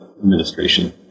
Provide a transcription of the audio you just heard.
Administration